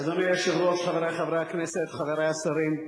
אדוני היושב-ראש, חברי חברי הכנסת, חברי השרים,